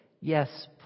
yes